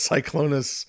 Cyclonus